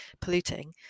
polluting